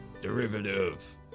Derivative